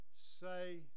say